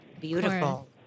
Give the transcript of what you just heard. Beautiful